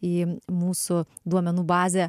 į mūsų duomenų bazę